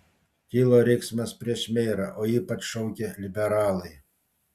kilo riksmas prieš merą o ypač šaukė liberalai